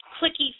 clicky